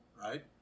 right